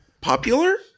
Popular